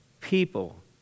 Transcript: people